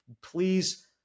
please